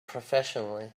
professionally